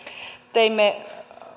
teimme